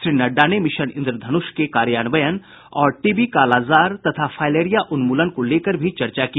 श्री नड्डा ने मिशन इंद्रधनुष के कार्यान्वयन और टीबी कालाजार और फाईलेरिया उन्मूलन को लेकर भी चर्चा की